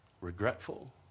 regretful